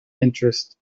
interests